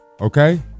okay